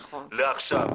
לעכשיו,